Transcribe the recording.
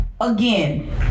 again